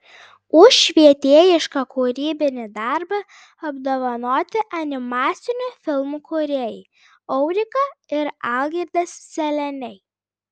už švietėjišką kūrybinį darbą apdovanoti animacinių filmų kūrėjai aurika ir algirdas seleniai